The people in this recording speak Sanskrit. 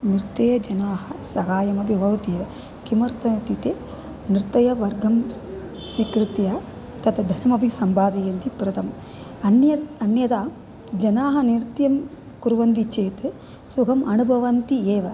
नृत्ये जनाः सहायमपि भवति एव किमर्थम् इति ते नृत्यवर्गं स् स्वीकृत्य तत् धनमपि सम्पादयन्ति प्रथमम् अन्यत् अन्यदा जनाः निर्त्यं कुर्वन्ति चेत् सुगमम् अणुभवन्ति एव